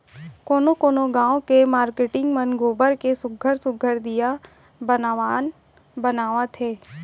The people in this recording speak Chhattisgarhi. कोनो कोनो गाँव के मारकेटिंग मन गोबर के सुग्घर सुघ्घर दीया बनावत हे